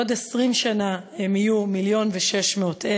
בעוד 20 שנה הם יהיו 1.6 מיליון,